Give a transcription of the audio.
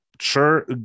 sure